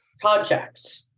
project